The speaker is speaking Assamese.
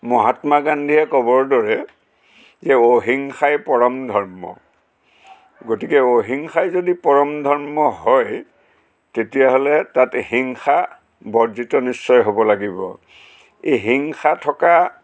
মহাত্মা গান্ধীয়ে ক'বৰ দৰে যে অহিংসাই পৰম ধৰ্ম গতিকে অহিংসাই যদি পৰম ধৰ্ম হয় তেতিয়াহ'লে তাত হিংসা বৰ্জিত নিশ্চয় হ'ব লাগিব এই হিংসা থকা